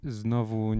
znowu